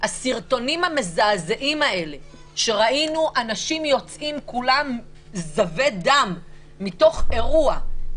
הסרטונים המזעזעים האלה שראינו אנשים יוצאים כולם זבי דם מתוך אירוע,